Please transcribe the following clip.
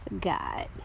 God